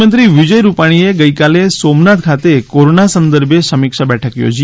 મુખ્યમંત્રી વિજયરૂપાણીએ ગઇકાલે સોમનાથ ખાતે કોરોના સંદર્ભે સમિક્ષા બેઠક યોજી